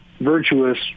virtuous